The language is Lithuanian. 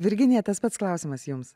virginija tas pats klausimas jums